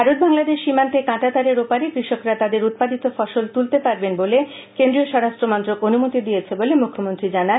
ভারত বাংলাদেশ সীমান্তে কাটাতারের ওপাড়ে কৃষকরা তাদের উৎপাদিত ফসল তুলতে পারবেন বলে কেন্দ্রীয় স্বরাষ্ট মন্ত্রক অনুমতি দিয়েছে বলে মুখ্যমন্ত্রী জানান